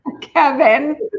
Kevin